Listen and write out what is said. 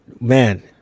Man